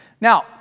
Now